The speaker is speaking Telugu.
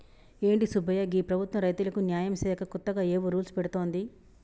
ఏంటి సుబ్బయ్య గీ ప్రభుత్వం రైతులకు న్యాయం సేయక కొత్తగా ఏవో రూల్స్ పెడుతోంది